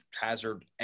hazard